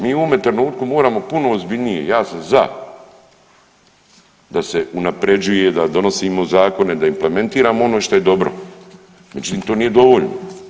Mi u ovome trenutku moramo puno ozbiljnije ... za da se unaprjeđuje, da donosimo zakone, da implementiramo ono što je dobro, znači to nije dovoljno.